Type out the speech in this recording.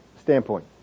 standpoint